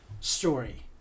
story